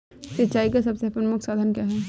सिंचाई का सबसे प्रमुख साधन क्या है?